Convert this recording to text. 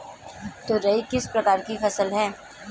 तोरई किस प्रकार की फसल है?